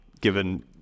given